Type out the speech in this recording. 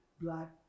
black